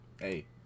Hey